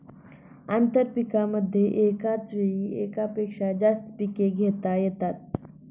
आंतरपीकांमध्ये एकाच वेळी एकापेक्षा जास्त पिके घेता येतात